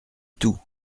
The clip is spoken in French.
tout